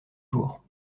jours